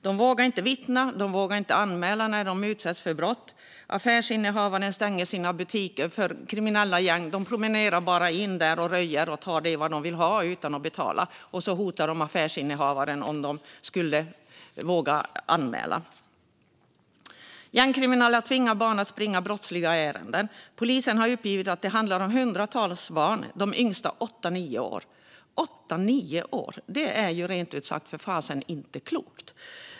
De vågar inte vittna eller anmäla när de utsätts för brott. Affärsinnehavare stänger sina butiker, för kriminella gäng promenerar bara in och röjer och tar vad de vill ha utan att betala, och så hotar de affärsinnehavaren om denna skulle våga anmäla. Gängkriminella tvingar barn att springa brottsliga ärenden. Polisen har uppgett att det handlar om hundratals barn, de yngsta åtta nio år. Åtta nio år! Det är för fasen inte klokt!